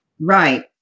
Right